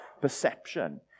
perception